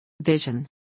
Vision